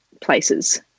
places